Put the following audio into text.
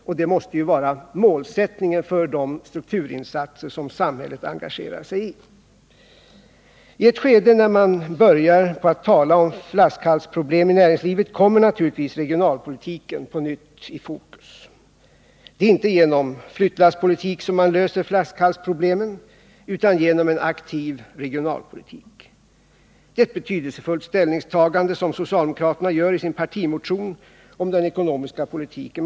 Och det måste ju vara målsättningen för de strukturinsatser som samhället engagerar sig i. I ett skede när man börjar på att tala om flaskhalsproblem i näringslivet kommer naturligtvis regionalpolitiken på nytt i fokus. Det är inte genom flyttlasspolitik som man löser flaskhalsproblemen utan genom en aktiv regionalpolitik. Det är ett betydelsefullt ställningstagande som socialdemokraterna gör i sin partimotion om den ekonomiska politiken.